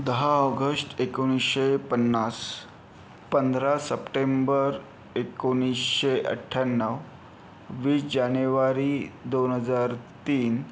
दहा ऑगस्ट एकोणीसशे पन्नास पंधरा सप्टेंबर एकोणीसशे अठ्याण्णव वीस जानेवारी दोन हजार तीन